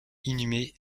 inhumé